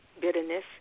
bitterness